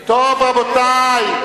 טוב, רבותי.